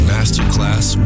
Masterclass